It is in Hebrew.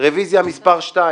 רביזיה מס' 2